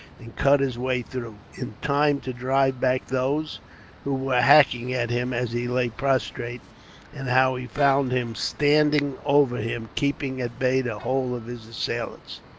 and cut his way through, in time to drive back those who were hacking at him as he lay prostrate and how he found him standing over him, keeping at bay the whole of his assailants.